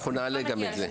אנחנו נעלה גם את זה.